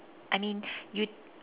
I mean you